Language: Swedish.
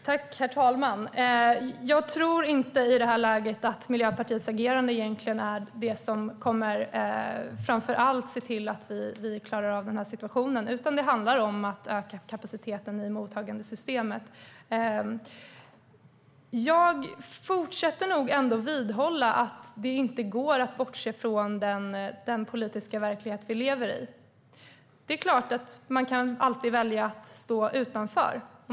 Herr talman! Jag tror inte att Miljöpartiets agerande i det här läget är det som framför allt kommer att se till att vi klarar av den här situationen. Det handlar i stället om att öka kapaciteten i mottagandesystemet. Jag fortsätter nog ändå vidhålla att det inte går att bortse från den politiska verklighet vi lever i. Det är klart att man alltid kan välja att stå utanför.